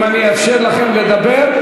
אם אני אאפשר לכם לדבר,